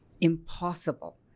Impossible